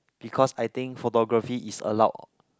because I think photography is allowed